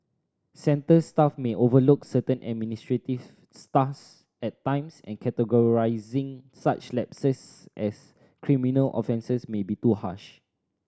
centre staff may overlook certain administrative at times and categorising such lapses as criminal offences may be too harsh